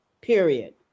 period